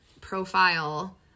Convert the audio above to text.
profile